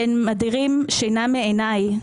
שהם מדירים שינה מעיניי.